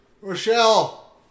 Rochelle